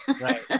Right